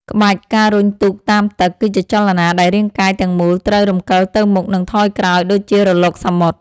ក្បាច់ ការរុញទូកតាមទឹក គឺជាចលនាដែលរាងកាយទាំងមូលត្រូវរំកិលទៅមុខ និងថយក្រោយដូចជារលកសមុទ្រ។